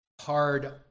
hard